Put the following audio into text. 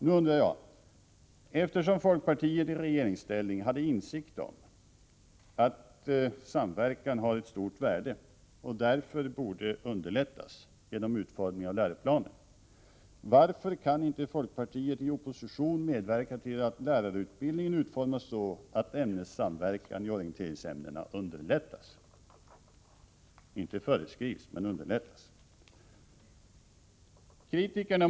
Nu undrar jag: Eftersom folkpartiet i regeringsställning hade insikt om att ämnessamverkan har stort värde och därför borde underlättas genom utformningen av läroplanen, varför kan inte folkpartiet i opposition medverka till att lärarutbildningen utformas så att ämnessamverkan i orienteringsämnena underlättas? Inte föreskrivs, men underlättas, säger jag.